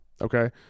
Okay